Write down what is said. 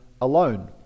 alone